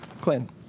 Clint